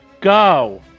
Go